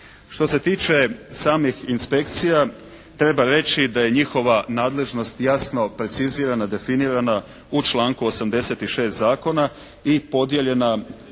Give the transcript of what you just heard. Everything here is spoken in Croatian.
Što se tiče samih inspekcija treba reći da je njihova nadležnost jasno precizirana, definirana u članku 86. zakona i podijeljena